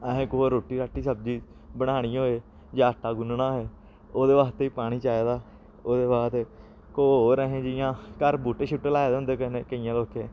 असें कोई रुट्टी राट्टी सब्जी बनानी होए जां आटा गुन्नना होए ओह्दे आस्तै बी पानी चाहिदा ओह्दे बाद को होर असें जि'यां घर बूह्टे शूह्टे लाए दे होंदे कुसै ने केइयें लोकें